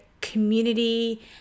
community